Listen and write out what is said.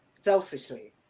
selfishly